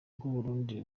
burundi